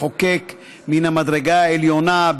מחוקק מן המדרגה העליונה,